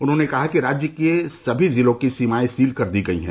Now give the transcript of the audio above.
उन्होंने कहा कि राज्य के सभी जिलों की सीमाएं सील कर दी गई हैं